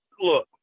look